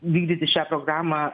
vykdyti šią programą